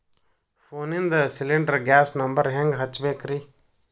ಫೋನಿಂದ cylinder gas number ಹೆಂಗ್ ಹಚ್ಚ ಬೇಕ್ರಿ?